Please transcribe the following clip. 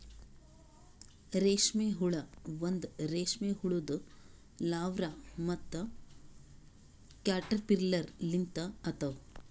ರೇಷ್ಮೆ ಹುಳ ಒಂದ್ ರೇಷ್ಮೆ ಹುಳುದು ಲಾರ್ವಾ ಮತ್ತ ಕ್ಯಾಟರ್ಪಿಲ್ಲರ್ ಲಿಂತ ಆತವ್